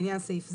לעניין סעיף זה,